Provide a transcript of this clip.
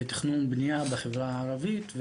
לתכנון ובנייה בחברה הערבית.